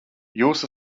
jūs